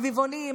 סביבונים,